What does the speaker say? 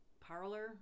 parlor